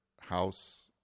house